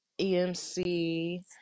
EMC